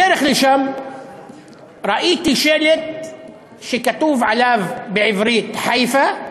בדרך לשם ראיתי שלט שכתוב עליו בעברית "חיפה"